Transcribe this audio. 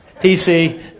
PC